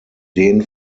den